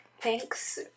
Thanks